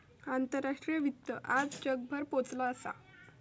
आंतराष्ट्रीय वित्त आज जगभर पोचला असा